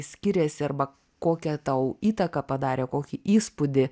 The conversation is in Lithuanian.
skiriasi arba kokią tau įtaką padarė kokį įspūdį